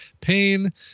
Pain